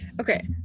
Okay